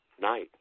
night